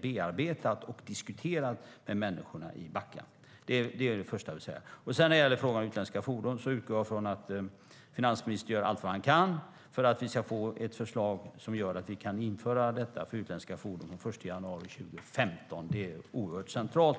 bearbetats och diskuterats med människorna i Backa. När det gäller utländska fordon utgår jag från att finansministern gör allt vad han kan för att vi ska få ett förslag som gör att vi kan införa avgifter för utländska fordon den 1 januari 2015. Det är oerhört centralt.